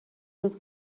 روز